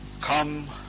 come